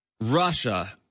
Russia